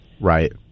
Right